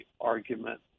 argument